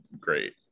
great